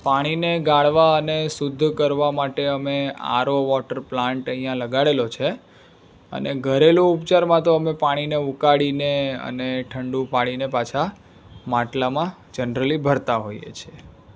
પાણીને ગાળવા અને શુદ્ધ કરવા માટે અમે આરો વોટર પ્લાન્ટ અહીંયા લગાડેલો છે અને ઘરેલું ઉપચારમાં તો અમે પાણીને ઉકાળીને અને ઠંડુ પાડીને પાછા માટલામાં જનરલી ભરતા હોઈએ છીએ